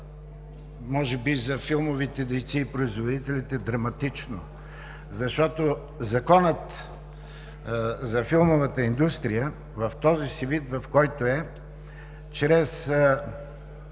може би за филмовите дейци и производителите, драматично, защото Законът за филмовата индустрия в този вид, в който е, чрез